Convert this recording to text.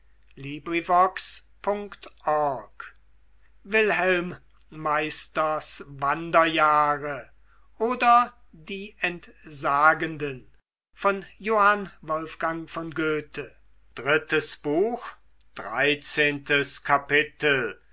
wilhelm meisters wanderjahre oder die entsagenden